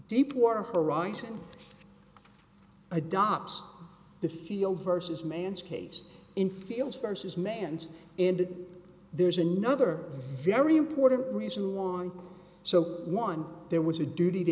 deepwater horizon adopts the field versus man's case in fields versus man's indeed there's another very important reason why so one there was a duty to